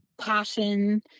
passion